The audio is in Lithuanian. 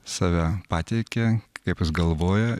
save pateikia kaip galvoja